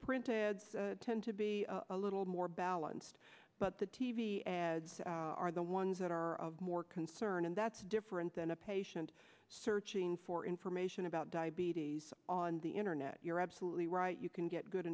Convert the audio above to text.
print tend to be a little more balanced but the t v ads are the ones that are more concern and that's different than a patient searching for information about diabetes on the internet you're absolutely right you can get good